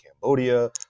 Cambodia